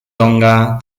tonga